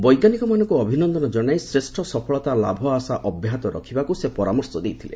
ବୈଜ୍ଞାନିକମାନଙ୍କୁ ଅଭିନନ୍ଦନ ଜଣାଇ ଶ୍ରେଷ୍ଠ ସଫଳତା ଲାଭ ଆଶା ଅବ୍ୟାହତ ରଖିବାକୁ ସେ ପରାମର୍ଶ ଦେଇଥିଲେ